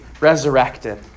resurrected